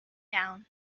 down